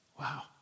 Wow